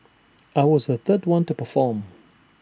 I was the third one to perform